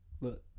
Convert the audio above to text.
look